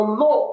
no